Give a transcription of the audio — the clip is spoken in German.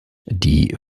die